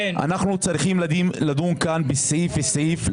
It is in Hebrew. אנחנו צריכים לדון כאן בסעיף סעיף,